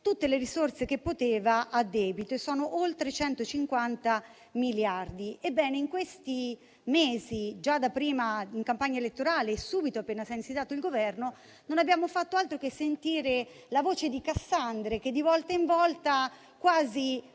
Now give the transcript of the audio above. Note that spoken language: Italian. tutte le risorse che poteva a debito, e sono oltre 150 miliardi. Ebbene, in questi mesi, già da prima, in campagna elettorale, e subito appena si è insediato il Governo, non abbiamo fatto altro che sentire la voce di cassandre che di volta in volta, quasi